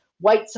white